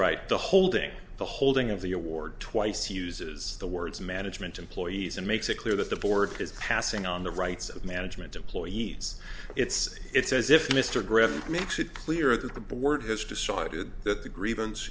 right the holding the holding of the award twice uses the words management employees and makes it clear that the board is passing on the rights of management employees it's it's as if mr griffin makes it clear that the board has decided that the grievance